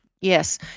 Yes